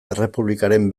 errepublikaren